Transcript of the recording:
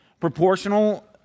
Proportional